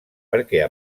perquè